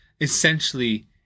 essentially